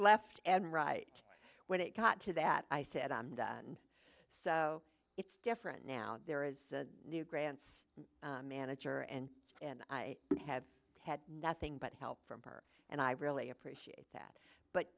left and right when it got to that i said i'm done so it's different now there is a new grants manager and and i have had nothing but help from her and i really appreciate that but